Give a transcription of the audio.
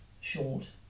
short